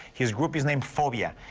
his group is named forria.